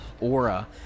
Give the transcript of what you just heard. aura